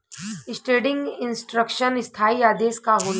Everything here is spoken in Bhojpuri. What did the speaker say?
स्टेंडिंग इंस्ट्रक्शन स्थाई आदेश का होला?